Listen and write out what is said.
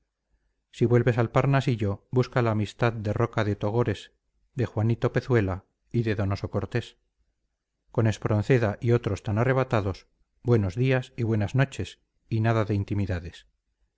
si vuelves al parnasillo busca la amistad de roca de togores de juanito pezuela y de donoso cortés con espronceda y otros tan arrebatados buenos días y buenas noches y nada de intimidades